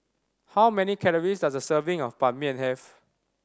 how many calories does a serving of Ban Mian have